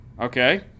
Okay